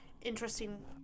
interesting